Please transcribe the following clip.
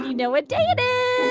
know what day it is